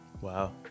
Wow